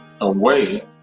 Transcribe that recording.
away